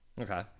Okay